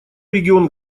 регион